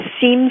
seems